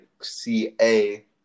CA